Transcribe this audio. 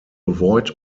avoid